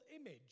image